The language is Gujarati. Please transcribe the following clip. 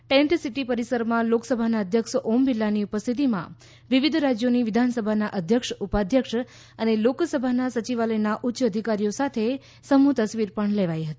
ટેન્ટસિટી પરિસરમાં લોકસભાના અધ્યક્ષ ઓમ બિરલાની ઉપસ્થિતિમાં વિવિધ રાજ્યોની વિધાનસભાના અધ્યક્ષ ઉપાધ્યક્ષ અને લોકસભાના સચિવાલયના ઉચ્ય અધિકારીઓ સાથે સમૂહ તસવીર લેવાઈ હતી